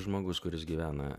žmogus kuris gyvena